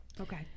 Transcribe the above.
Okay